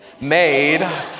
made